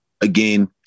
again